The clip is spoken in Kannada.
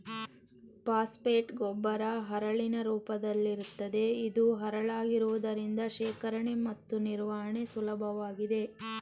ಫಾಸ್ಫೇಟ್ ಗೊಬ್ಬರ ಹರಳಿನ ರೂಪದಲ್ಲಿರುತ್ತದೆ ಇದು ಹರಳಾಗಿರುವುದರಿಂದ ಶೇಖರಣೆ ಮತ್ತು ನಿರ್ವಹಣೆ ಸುಲಭವಾಗಿದೆ